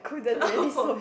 oh